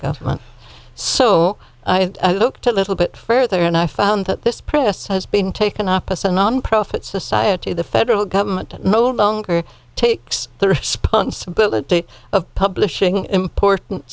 government so i i looked a little bit further and i found that this press has been taken office a nonprofit society the federal government no longer takes the response ability of publishing important